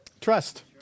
Trust